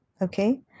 okay